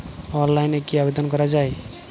অনলাইনে কি আবেদন করা য়ায়?